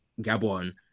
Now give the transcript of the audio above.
Gabon